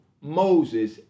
Moses